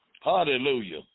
Hallelujah